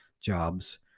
jobs